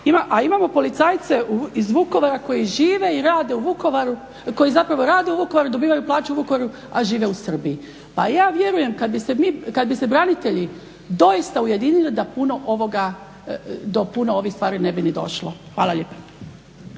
A imamo policajce iz Vukovara koji žive i rade u Vukovaru, koji zapravo rade u Vukovaru, dobivaju plaće u Vukovaru, a žive u Srbiji. Pa ja vjerujem kad bi se branitelji doista ujedinili da puno ovoga, do puno ovih stvari ne bi ni došlo. Hvala lijepa.